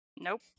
Nope